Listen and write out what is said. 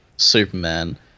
Superman